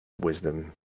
wisdom